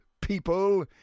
people